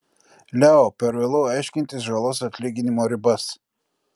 leo per vėlu aiškintis žalos atlyginimo ribas